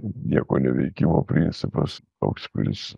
nieko neveikimo principas toks kuris